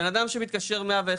בן אדם שמתקשר 101,